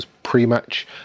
pre-match